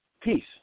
peace